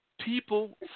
people